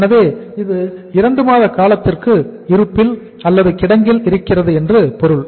எனவே இது இரண்டு மாத காலத்திற்கு இருப்பில் அல்லது கிடங்கில் இருக்கிறது என்று பொருள்